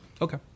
okay